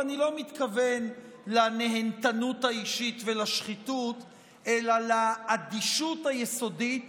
ואני לא מתכוון לנהנתנות האישית ולשחיתות אלא לאדישות היסודית